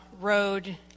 road